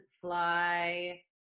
fly